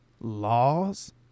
laws